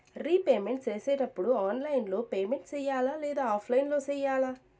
repayment సేసేటప్పుడు online లో payment సేయాలా లేదా ఆఫ్లైన్ లో సేయాలా